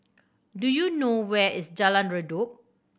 do you know where is Jalan Redop